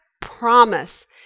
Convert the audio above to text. promise